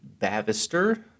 Bavister